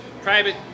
Private